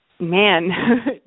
Man